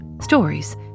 Stories